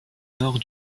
nord